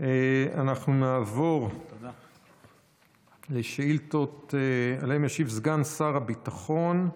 אנחנו נעבור לשאילתות שעליהן ישיב סגן שר הביטחון.